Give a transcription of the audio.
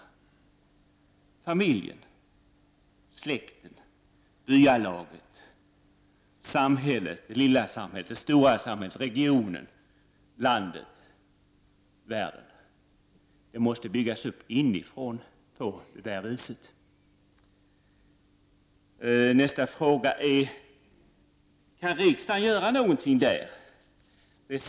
Börja med familjen, släkten, byalaget, gå sedan till samhället: det lilla samhället, det stora samhället, regionen, landet, världen. Det måste byggas upp inifrån på detta vis. Nästa fråga är: Kan riksdagen göra någonting för detta?